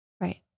Right